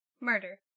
Murder